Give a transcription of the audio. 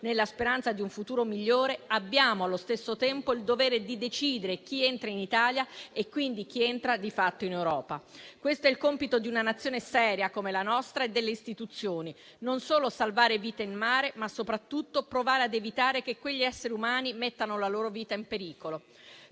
nella speranza di un futuro migliore, abbiamo allo stesso tempo il dovere di decidere chi entra in Italia e quindi chi entra di fatto in Europa. Questo è il compito di una Nazione seria come la nostra e delle Istituzioni: non solo salvare vite in mare, ma soprattutto provare ad evitare che quegli esseri umani mettano la loro vita in pericolo.